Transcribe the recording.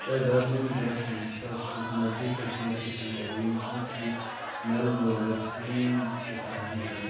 کیٛاہ ڈارجیلِنٛگ ضِلعس مَنٛز چھا کیٚنٛہہ نزدیٖک ویٚکسِنیٚشن سیٚنٹر یِم پونٛسہٕ دِتھ میلن وٲلۍ ویٚکسیٖن چھِ فراہم کران